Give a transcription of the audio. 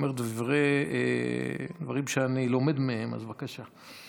אומר דברים שאני לומד מהם, אז בבקשה.